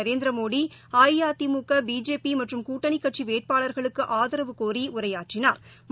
Narendra Modi AIADMK பிஜேபிமற்றம் கூட்டனிக்கட்சிவேட்பாளா்களுக்குஆதரவுகோரிடரையாற்றினாா்